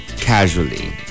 casually